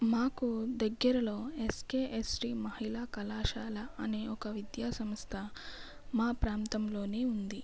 మాకు దగ్గరలో ఎస్కెఎస్టి మహిళా కళాశాల అనే ఒక విద్యా సంస్థ మా ప్రాంతంలోనే ఉంది